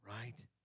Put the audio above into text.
right